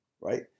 Right